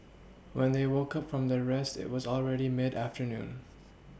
when they woke up from their rest it was already mid afternoon